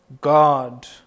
God